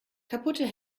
kaputte